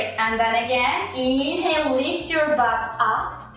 and then again, inhale lift your butt ah